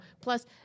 Plus